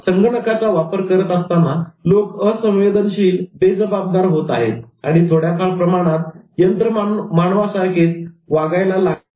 संगणकाचा वापर करत असताना लोक असंवेदनशीलबेजबाबदार होत आहेत आणि थोड्याफार प्रमाणात यंत्र मानवासारखेच Robot रोबोट वागायला लागले आहेत